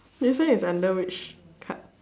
this one is under which card